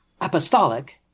apostolic